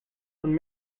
von